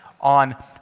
on